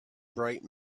bright